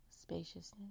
spaciousness